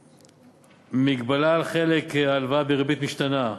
מגבלה על חלק ההלוואה בריבית משתנה,